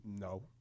No